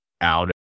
out